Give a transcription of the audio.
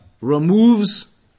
removes